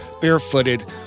barefooted